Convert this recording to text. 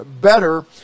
better